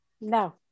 No